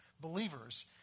believers